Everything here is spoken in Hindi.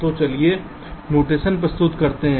तो चलिए कुछ नोटेशन प्रस्तुत करते हैं